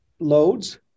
loads